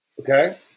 Okay